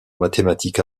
mathématique